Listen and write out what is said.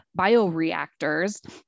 bioreactors